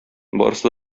барысы